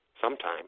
sometime